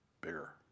bigger